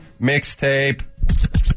Mixtape